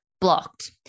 blocked